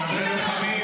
זה לא נכון,